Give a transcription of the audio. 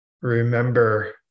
remember